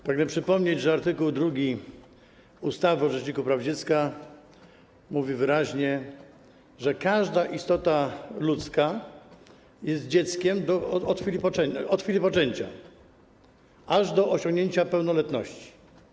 Pragnę przypomnieć, że art. 2 ustawy o Rzeczniku Praw Dziecka mówi wyraźnie, że każda istota ludzka jest dzieckiem od chwili poczęcia aż do osiągnięcia pełnoletności.